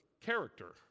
character